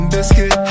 Biscuit